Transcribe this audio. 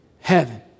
heaven